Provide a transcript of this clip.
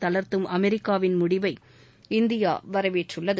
தளர்த்தும் அமெரிக்காவின் முடிவை இந்தியா வரவேற்றுள்ளது